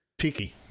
Tiki